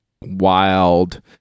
wild